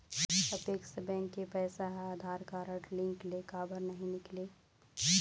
Apex bank के पैसा हा आधार कारड लिंक ले काबर नहीं निकले?